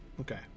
Okay